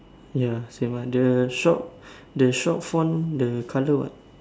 ya same ah the shop the shop font the colour what